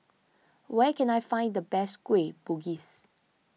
where can I find the best Kueh Bugis